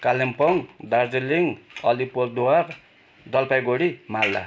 Kalimpong Darjeeling Alipurduar Jalpaiguri Malda